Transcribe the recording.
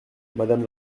madame